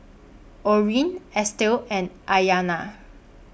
Orrin Estell and Aiyana